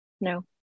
no